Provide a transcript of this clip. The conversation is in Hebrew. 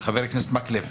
חבר הכנסת מקלב,